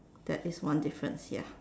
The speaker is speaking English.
there is one difference ya